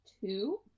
two